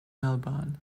melbourne